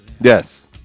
Yes